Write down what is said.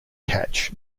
catch